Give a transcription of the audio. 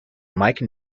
mike